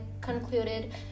concluded